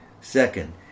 Second